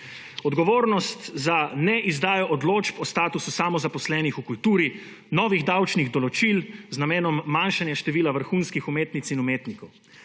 odgovornost za neizdajo odločb o statusu samozaposlenih v kulturi, novih davčnih določil z namenom manjšanja števila vrhunskih umetnic in umetnikov,